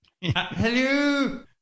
Hello